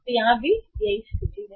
तो यहां भी यही स्थिति है